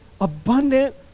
abundant